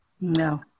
No